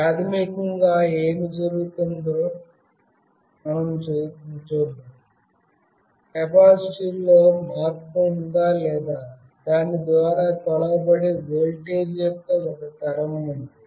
ప్రాథమికంగా ఏమి జరుగుతుందో కెపాసిటెన్స్లో మార్పు ఉందా లేదా దాని ద్వారా కొలవబడే వోల్టేజ్ యొక్క ఒక తరం ఉంది